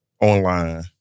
online